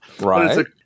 right